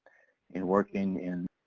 in working in,